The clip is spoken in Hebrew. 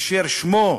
אשר שמו,